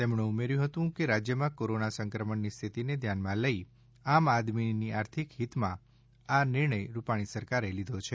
તેમણે ઉમેર્થું હતું કે રાજ્યમાં કોરોના સંક્રમણની સ્થિતિને ધ્યાનમાં લઈ આમ આદમીની આર્થિક હિતમાં આ નિર્ણય રૂપાણી સરકારે લીધો છે